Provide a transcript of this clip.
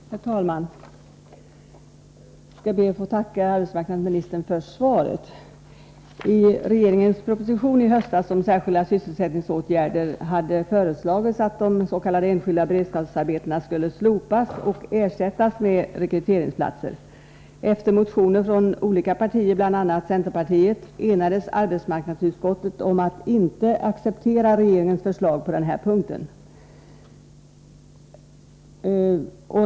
Herr talman! Jag skall be att få tacka arbetsmarknadsministern för svaret. I regeringens proposition i höstas om särskilda sysselsättningsåtgärder hade föreslagits att de s.k. enskilda beredskapsarbetena skulle slopas och ersättas med rekryteringsplatser. Efter motioner från olika partier, bl.a. från centerpartiet, enades arbetsmarknadsutskottet om att inte acceptera regeringens förslag på den punkten.